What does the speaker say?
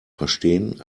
verstehen